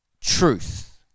truth